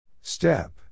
Step